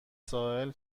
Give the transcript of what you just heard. ساحل